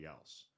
else